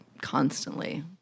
constantly